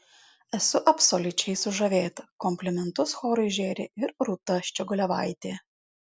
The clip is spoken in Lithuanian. esu absoliučiai sužavėta komplimentus chorui žėrė ir rūta ščiogolevaitė